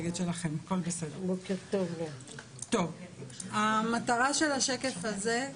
מה שיש באדום אלה החלטות בג"ץ,